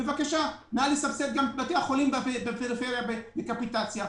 נא לסבסד גם את בתי החולים בפריפריה בקפיטציה,